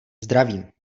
zdravím